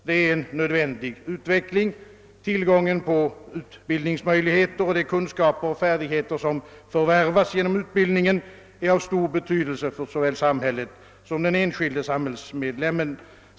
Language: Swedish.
Detta är en nödvändig utveckling. Tillgången på utbildningsmöjligheter och de kunskaper och färdigheter som förvärvas genom utbildningen är av stor betydelse för såväl samhället som den enskilde samhällsmedlemmen.